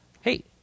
Hey